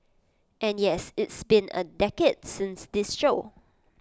and yes it's been A decade since this show